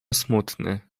smutny